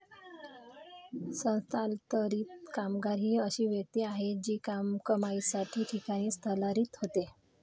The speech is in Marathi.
स्थलांतरित कामगार ही अशी व्यक्ती आहे जी कमाईसाठी ठिकाणी स्थलांतरित होते